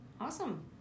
Awesome